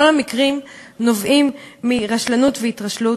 כל המקרים נובעים מרשלנות והתרשלות.